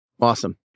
Awesome